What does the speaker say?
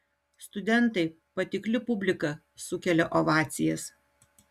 studentai patikli publika sukelia ovacijas